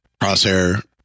Crosshair